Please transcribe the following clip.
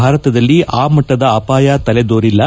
ಭಾರತದಲ್ಲಿ ಆ ಮಟ್ಟದ ಅಪಾಯ ತಲೆದೋರಿಲ್ಲ